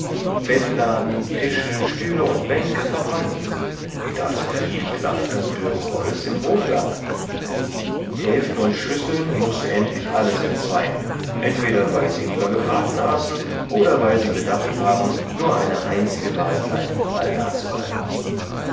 bettladen tische stühle und bänke verbrannten sie da doch viel klafter dürr holz im hof lag häfen und schüsseln mußte endlich alles entzwei entweder weil sie lieber gebraten aßen oder weil sie bedacht waren nur eine einzige mahlzeit allda zu halten